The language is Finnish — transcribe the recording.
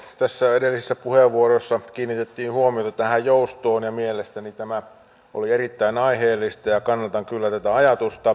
tässä edellisessä puheenvuorossa kiinnitettiin huomiota tähän joustoon ja mielestäni tämä oli erittäin aiheellista ja kannatan kyllä tätä ajatusta